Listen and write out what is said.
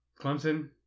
Clemson